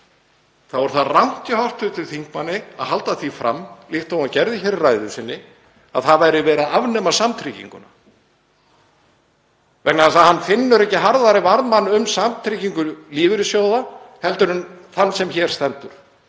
Það er rangt hjá hv. þingmanni að halda því fram, líkt og hann gerði í ræðu sinni, að verið væri að afnema samtrygginguna vegna þess að hann finnur ekki harðari varðmann um samtryggingu lífeyrissjóða heldur en þann sem hér stendur.